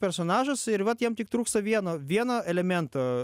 personažas ir vat jam tik trūksta vieno vieno elemento